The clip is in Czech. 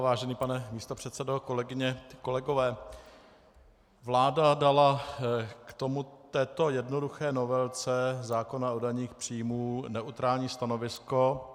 Vážený pane místopředsedo, kolegyně, kolegové, vláda dala k této jednoduché novelce zákona o daních z příjmů neutrální stanovisko.